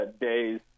days